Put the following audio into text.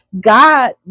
God